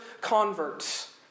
converts